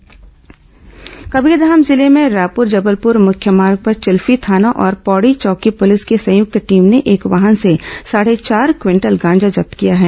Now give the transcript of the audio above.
गांजा जब्त कबीरधाम जिले में रायपुर जबलपुर मुख्य मार्ग पर चिल्फी थाना और पौड़ी चौकी पुलिस की संयुक्त टीम ने एक वाहन से साढ़े चार क्विंटल गांजा जब्त किया है